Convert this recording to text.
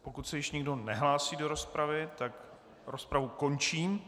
Pokud se již nikdo nehlásí do rozpravy, tak rozpravu končím.